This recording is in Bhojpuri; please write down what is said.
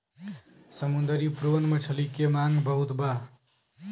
समुंदरी प्रोन मछली के मांग बहुत बा